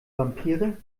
vampire